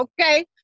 okay